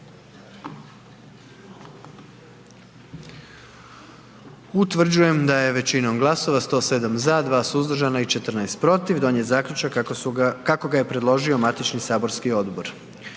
Utvrđujem da je većinom glasova 97 za, 19 suzdržanih donijet zaključak kako je predložilo matično saborsko radno